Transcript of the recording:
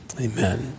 Amen